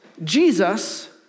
Jesus